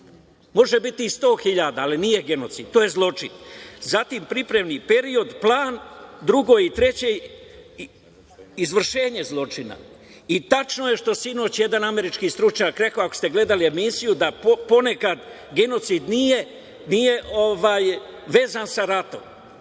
Može biti i 100.000, ali nije genocid, to je zločin. Zatim, pripremni period, plan, drugo i treće, izvršenje zločina. Tačno je što je što je sinoć jedan američki stručnjak rekao, ako ste gledali emisiju, da ponekad genocid nije vezan sa ratom.